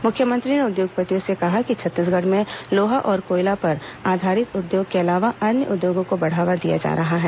मुख्यमंत्री ने उद्योगपतियों से कहा कि छत्तीसगढ़ में लोहा और कोयला पर आधारित उद्योग के अलावा अन्य उर्द्योगों को बढ़ावा दिया जा रहा है